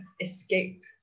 escape